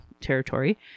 territory